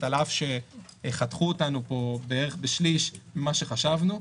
על אף שחתכו אותנו בערך בשליש ממה שחשבנו,